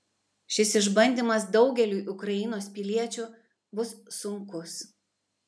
šis išbandymas daugeliui ukrainos piliečių bus sunkus